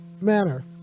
manner